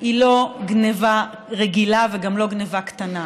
היא לא גנבה רגילה וגם לא גנבה קטנה,